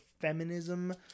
feminism